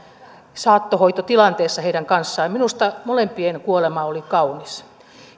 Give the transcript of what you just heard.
saattohoitotilanteessa heidän kanssaan ja minusta molempien kuolema oli kaunis